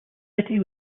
city